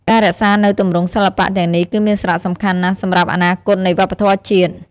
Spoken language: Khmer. ការរក្សានូវទម្រង់សិល្បៈទាំងនេះគឺមានសារៈសំខាន់ណាស់សម្រាប់អនាគតនៃវប្បធម៌ជាតិ។